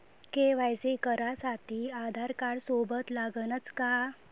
KYC करासाठी आधारकार्ड सोबत लागनच का?